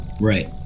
Right